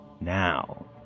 Now